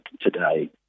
today